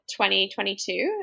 2022